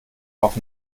auch